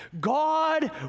God